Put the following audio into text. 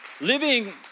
Living